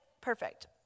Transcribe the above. perfect